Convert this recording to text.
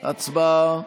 הצבעה.